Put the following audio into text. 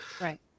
Right